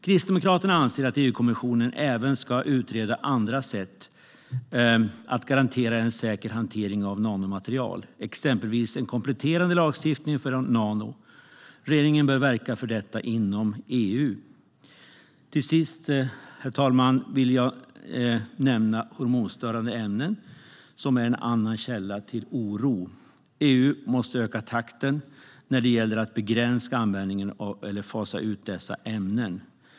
Kristdemokraterna anser att EU-kommissionen även ska utreda andra sätt att garantera en säker hantering av nanomaterial, exempelvis en kompletterande lagstiftning för nano. Regeringen bör verka för detta inom EU. Till sist, herr talman, vill jag nämna hormonstörande ämnen, som är en annan källa till oro. EU måste öka takten när det gäller att fasa ut eller begränsa användningen av dessa ämnen.